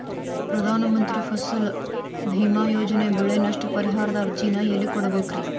ಪ್ರಧಾನ ಮಂತ್ರಿ ಫಸಲ್ ಭೇಮಾ ಯೋಜನೆ ಬೆಳೆ ನಷ್ಟ ಪರಿಹಾರದ ಅರ್ಜಿನ ಎಲ್ಲೆ ಕೊಡ್ಬೇಕ್ರಿ?